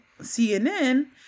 CNN